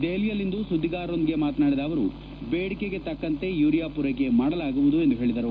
ದೆಹಲಿಯಲ್ಲಿಂದು ಸುದ್ದಿಗಾರರೊಂದಿಗೆ ಮಾತನಾಡಿದ ಅವರು ಬೇಡಿಕೆ ತಕ್ಕಂತೆ ಯೂರಿಯಾ ಪೂರೈಕೆ ಮಾಡಲಾಗುವುದು ಎಂದು ಹೇಳಿದರು